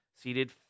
seated